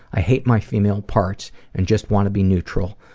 i hate my female part and just want to be neutral.